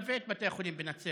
ומלווה את בתי החולים בנצרת,